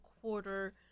quarter